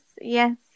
yes